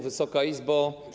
Wysoka Izbo!